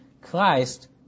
Christ